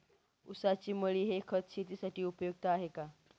ऊसाची मळी हे खत शेतीसाठी उपयुक्त आहे का?